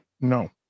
No